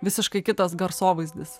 visiškai kitas garsovaizdis